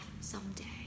someday